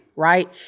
Right